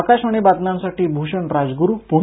आकशवाणी बातम्यांसाठी भूषण राजगुरू पुणे